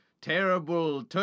terrible